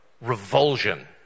revulsion